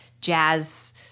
jazz